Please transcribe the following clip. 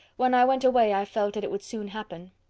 when i went away, i felt that it would soon happen.